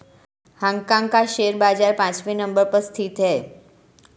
Hong Kong का share बाजार पांचवे नम्बर पर स्थित है